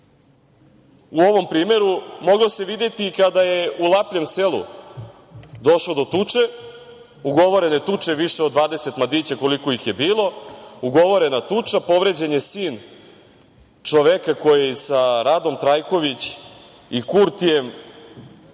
u ovom primeru moglo se videti i kada je u Lapljem Selu došlo do tuče, ugovorene tuče više od 20 mladića, koliko ih je bilo. Ugovorena je tuča, povređen je sin čoveka koji sa Radom Trajković i Kurtijem